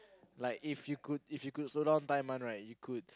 like if you could if you could slow down time one right you could